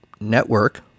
network